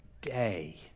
day